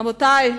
רבותי,